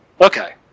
Okay